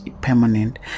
permanent